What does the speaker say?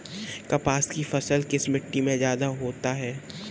कपास की फसल किस मिट्टी में ज्यादा होता है?